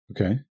Okay